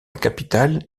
capitale